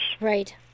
Right